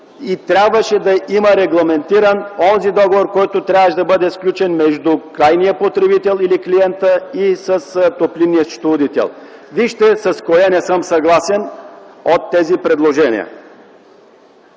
че трябваше да има регламентиране на онзи договор, който трябваше да бъде сключен между крайния потребител или клиента, с топлинния счетоводител. Вижте с кое от тези предложения